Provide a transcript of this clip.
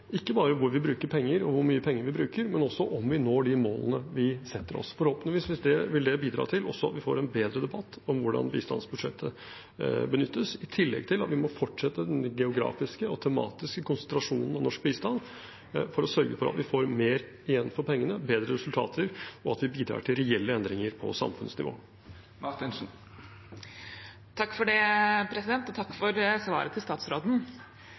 hvor vi bruker penger, og hvor mye penger vi bruker, men også om vi når de målene vi setter oss. Forhåpentligvis vil det bidra til at vi får en bedre debatt om hvordan bistandsbudsjettet benyttes, i tillegg til at vi må fortsette den geografiske og tematiske konsentrasjonen om norsk bistand for å sørge for at vi får mer igjen for pengene, bedre resultater, og at vi bidrar til reelle endringer på samfunnsnivå. Takk for svaret fra statsråden. Jeg skjønner at statsråden har behov for